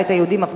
הבית היהודי,